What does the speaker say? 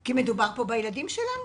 כי מדובר פה בילדים שלנו,